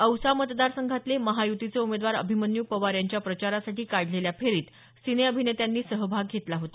औसा मतदारसंघातले महायुतीचे उमेदवार अभिमन्यू पवार यांच्या प्रचारासाठी काढलेल्या फेरीत सिने अभिनेत्यांनी सहभाग घेतला होता